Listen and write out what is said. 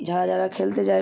যারা যারা খেলতে যায়